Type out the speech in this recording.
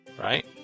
right